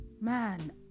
man